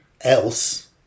else